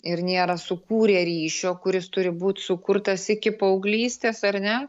ir nėra sukūrę ryšio kuris turi būt sukurtas iki paauglystės ar ne